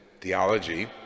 theology